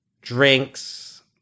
drinks